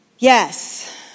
Yes